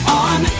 on